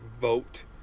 vote